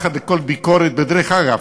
ודרך אגב,